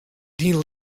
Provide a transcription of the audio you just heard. dyn